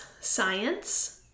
science